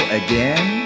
again